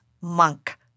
monk